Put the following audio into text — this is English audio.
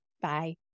Bye